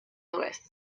louis